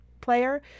player